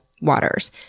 Waters